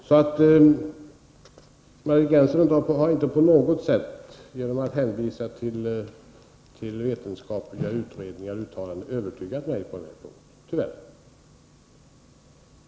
Margit Gennser har alltså tyvärr inte på något sätt övertygat mig på den punkten genom att hänvisa till vetenskapliga utredningar och uttalanden.